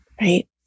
right